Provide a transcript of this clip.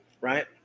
right